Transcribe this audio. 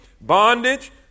bondage